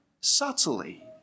subtly